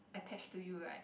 attach to you right